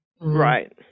Right